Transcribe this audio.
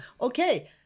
okay